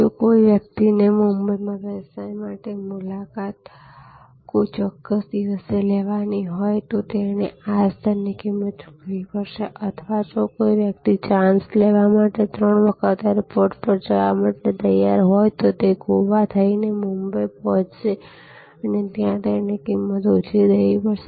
જો કોઈ વ્યક્તિ ને મુંબઈ માં વ્યવસાય માટે મુલાકાત કોઈ ચોક્કસ દિવસે લેવાની છે તો તેણે આ સ્તર ની કિમત ચૂકવવી પડશે અથવા જો કોઈ વ્યક્તિ ચાન્સ લેવા અને ત્રણ વખત એરપોર્ટ જવા માટે તૈયાર હોય તો તે ગોવા થઈ ને મુંબઈ પોહચશે અને ત્યાં તેણે કિમત ઓછી દેવી પડશે